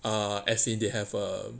err as in they have uh